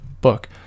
book